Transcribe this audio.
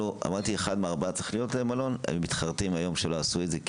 אמרתי שאחד מתוך הארבעה צריך להיות מלון שלא עשו את זה,